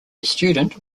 student